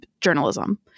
journalism